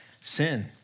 sin